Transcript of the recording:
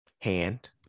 hand